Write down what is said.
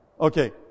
Okay